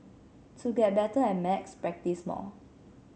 to get better at maths practise more